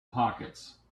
pockets